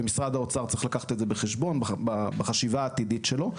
ומשרד האוצר צריך לקחת את זה בחשבון בחשיבה העתידית שלו,